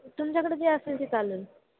तुमच्याकडं जे असेल ते चालेल